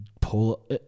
pull